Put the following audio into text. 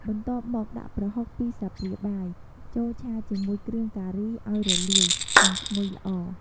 បន្ទាប់មក ដាក់ ប្រហុក ២ ស្លាបព្រាបាយ ចូលឆាជាមួយគ្រឿងការីឱ្យរលាយ និងឈ្ងុយល្អ។